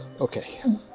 Okay